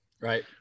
Right